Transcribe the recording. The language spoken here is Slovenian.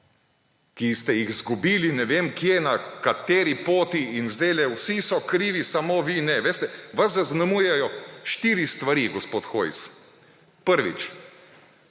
ki ste jih izgubili ne vem kje, na kateri poti in zdajle vsi so krivi, samo vi ne. Veste, vas zaznamujejo štiri stvari, gospod Hojs. Prvič,